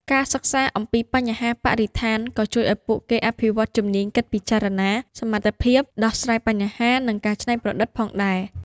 ការសិក្សាអំពីបញ្ហាបរិស្ថានក៏ជួយឱ្យពួកគេអភិវឌ្ឍជំនាញគិតពិចារណា សមត្ថភាពដោះស្រាយបញ្ហា និងការច្នៃប្រឌិតផងដែរ។